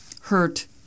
Hurt